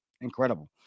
Incredible